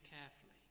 carefully